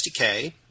SDK